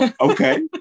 Okay